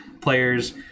players